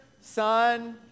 Son